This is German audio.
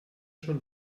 schon